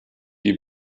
die